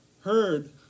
heard